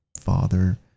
father